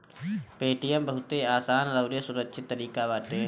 Paytm बहुते आसान अउरी सुरक्षित तरीका बाटे